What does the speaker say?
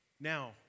Now